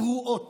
פרועות